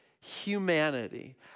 humanity